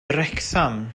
wrecsam